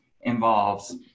involves